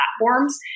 platforms